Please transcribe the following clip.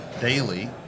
daily